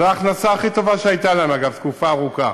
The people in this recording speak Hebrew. זו ההכנסה הכי טובה שהייתה להם, אגב, תקופה ארוכה.